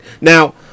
Now